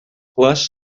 slush